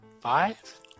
five